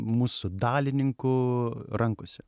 mūsų dalininkų rankose